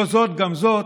לא זאת אף זאת,